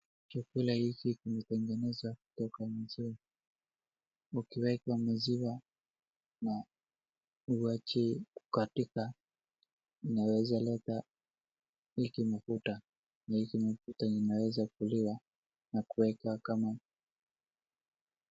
Chakula hiki kimetengenezwa kutoka maziwa, ukiweka maziwa na uwache kukatika inaweza leta mafuta na mafuta inaweza kuliwa na kuwekwa kama.